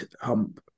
hump